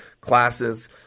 classes